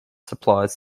supplies